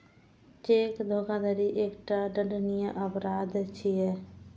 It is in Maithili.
चेक धोखाधड़ी एकटा दंडनीय अपराध छियै